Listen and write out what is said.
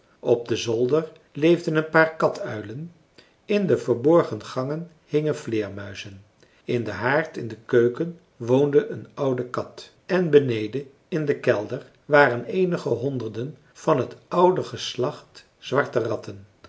op den zolder leefden een paar katuilen in de verborgen gangen hingen vleermuizen in den haard in de keuken woonde een oude kat en beneden in den kelder waren eenige honderden van het oude geslacht zwarte ratten